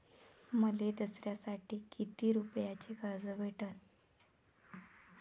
मले दसऱ्यासाठी कितीक रुपये कर्ज भेटन?